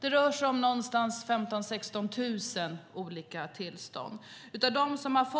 Det rör sig om någonstans mellan 15 000-16 000 olika tillstånd. Det är ungefär